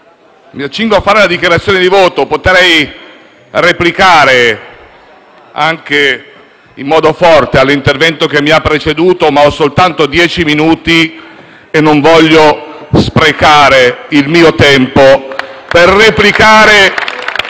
mi accingo a fare la dichiarazione di voto e potrei replicare, anche in modo forte, all'intervento che mi ha preceduto, ma ho soltanto dieci minuti e non voglio sprecare il mio tempo con chi